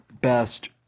best